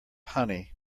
honey